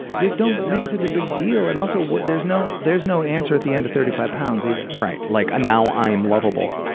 just don't make it such a big deal and also there's no there's no answer at the end of thirty five pounds either. right, like now i'm loveable.